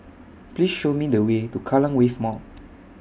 Please Show Me The Way to Kallang Wave Mall